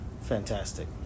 fantastic